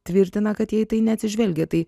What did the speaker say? tvirtina kad jie į tai neatsižvelgia tai